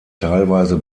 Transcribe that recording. teilweise